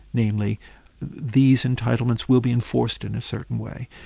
namely these entitlements will be enforced in a certain way.